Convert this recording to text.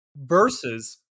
Versus